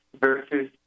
versus